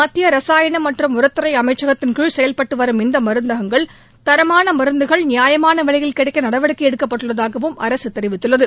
மத்திய ரசாயன மற்றும் உரத்துறை அமைச்சகத்தின்கீழ் செயல்பட்டுவரும் இந்த மருந்தகங்கள் தரமான மருந்துகள் நியமான விலையில் கிடைக்க நடவடிக்கை எடுக்கப்பட்டுள்ளதாகவும் அரசு தெரிவித்துள்ளது